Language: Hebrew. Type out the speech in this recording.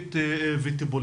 חינוכית וטיפולית.